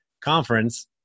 conference